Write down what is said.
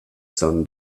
sun